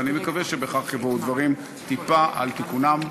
ואני מקווה שבכך יבואו דברים טיפה על תיקונם.